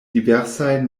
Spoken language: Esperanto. diversaj